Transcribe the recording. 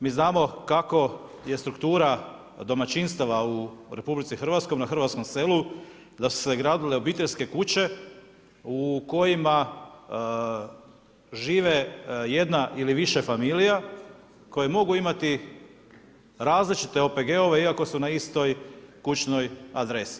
Mi znamo kako je struktura domaćinstava u RH, na hrvatskom selu, da su se gradile obiteljske kuće u kojima žive jedna ili više familija, koje mogu imati različite OPG-ove iako su na istoj kućnoj adresi.